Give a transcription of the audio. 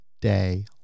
Day